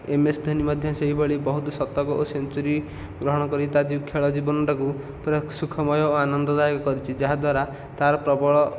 MS Dhoni ମଧ୍ୟ ସେହିଭଳି ବହୁତ ଶତକ ଓ ସେଞ୍ଚୁରି ଗ୍ରହଣ କରି ତା ଖେଳ ଜୀବନଟାକୁ ପୁରା ସୁଖମୟ ଆନନ୍ଦଦାୟକ କରିଛି ଯାହାଦ୍ୱାରା ତାର ପ୍ରବଳ